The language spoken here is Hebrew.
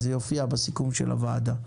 זה יופיע בסיכום של הוועדה.